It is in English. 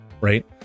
Right